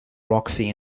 roxy